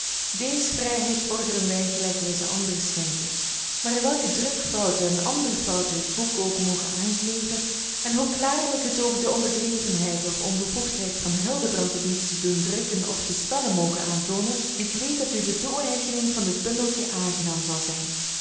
dees vrijheid vordren wij gelijk wij ze andren schenken maar welke drukfouten en andere fouten het boek ook mogen aankleven en hoe klaarlijk het ook de onbedrevenheid of onbevoegdheid van hildebrand om iets te doen drukken of te spellen moge aantoonen ik weet dat u de toeëigening van dit bundeltje aangenaam zal zijn